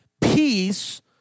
peace